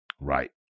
Right